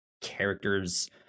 characters